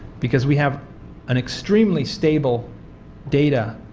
because we have an extremely stable data